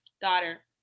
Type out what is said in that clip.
daughter